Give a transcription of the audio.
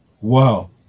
Wow